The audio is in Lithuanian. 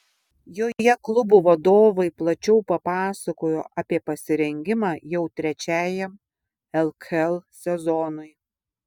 joje klubų vadovai plačiau papasakojo apie pasirengimą jau trečiajam lkl sezonui